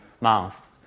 months